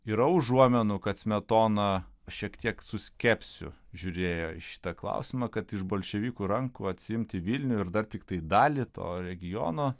yra užuominų kad smetona šiek tiek su skepsiu žiūrėjo į šitą klausimą kad iš bolševikų rankų atsiimti vilniuje ir dar tiktai dalį to regiono